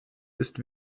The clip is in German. ist